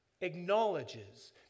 acknowledges